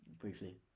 briefly